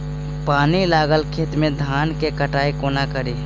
पानि लागल खेत मे धान केँ कटाई कोना कड़ी?